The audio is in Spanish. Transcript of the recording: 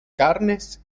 carnes